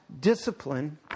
discipline